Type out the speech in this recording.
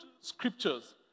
scriptures